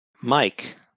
Mike